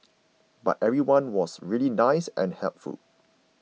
but everyone was really nice and helpful